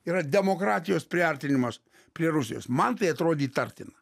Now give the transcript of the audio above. yra demokratijos priartinimas prie rusijos man tai atrodė įtartina